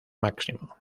máximo